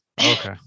Okay